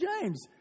James